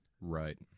Right